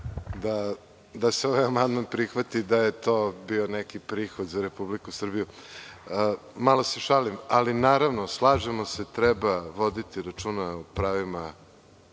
da se ovaj amandman prihvati da je to bio neki prihod za Republiku Srbiju? Malo se šalim. Naravno, slažemo se, treba voditi računa o pravima